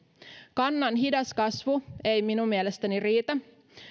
kannan hidas kasvu ei minun mielestäni riitä